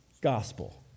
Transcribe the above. gospel